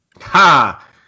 Ha